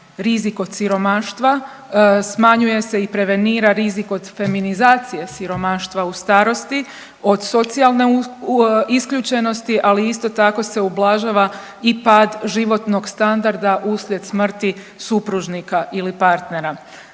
rizik od siromaštva, smanjuje se i prevenira rizik od feminizacije siromaštva u starosti od socijalne isključenosti, ali isto tako se ublažava i pad životnog standarda uslijed smrti supružnika ili partnera.